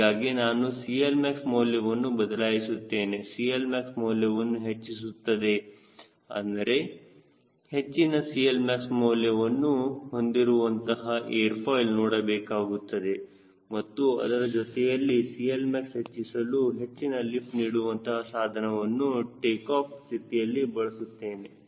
ಹೀಗಾಗಿ ನಾನು CLmax ಮೌಲ್ಯವನ್ನು ಬದಲಾಯಿಸುತ್ತೇನೆ CLmax ಮೌಲ್ಯವನ್ನು ಹೆಚ್ಚಿಸುತ್ತದೆ ಅಂದರೆ ಹೆಚ್ಚಿನ CLmax ಮೌಲ್ಯವನ್ನು ಹೊಂದಿರುವಂತಹ ಏರ್ ಫಾಯ್ಲ್ ನೋಡಬೇಕಾಗುತ್ತದೆ ಮತ್ತು ಅದರ ಜೊತೆಗೆ CLmax ಹೆಚ್ಚಿಸಲು ಹೆಚ್ಚಿನ ಲಿಫ್ಟ್ ನೀಡುವಂತಹ ಸಾಧನವನ್ನು ಟೇಕಾಫ್ ಸ್ಥಿತಿಯಲ್ಲಿ ಬಳಸುತ್ತೇನೆ